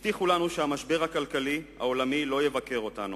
הבטיחו לנו שהמשבר הכלכלי העולמי לא יבקר אותנו,